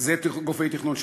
זה גופי תכנון.